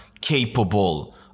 capable